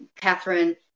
Catherine